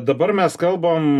dabar mes kalbam